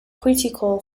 critical